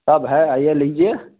सब है आइए लीजिए